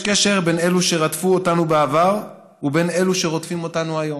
יש קשר בין אלו שרדפו אותנו בעבר ובין אלה שרודפים אותנו היום.